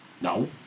No